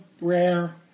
Rare